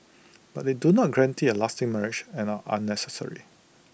but they do not guarantee A lasting marriage and are unnecessary